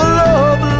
love